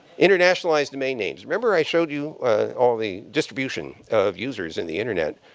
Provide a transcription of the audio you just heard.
internationalized domain names. remember i showed you all the distribution of users in the internet?